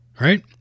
right